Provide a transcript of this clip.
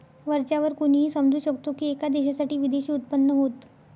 वरच्या वर कोणीही समजू शकतो की, एका देशासाठी विदेशी उत्पन्न होत